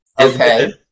Okay